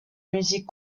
musique